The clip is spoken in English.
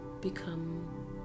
become